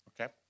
okay